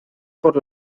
por